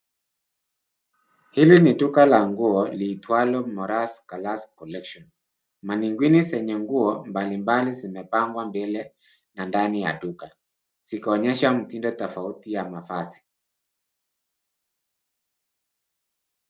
Hili ni duka la nguo liitwalo Mirosa Classy Collections mannequins zenye nguo mbalimbali zimepangwa mbele na ndani ya duka zikionyesha mtindo tofauti ya mavazi.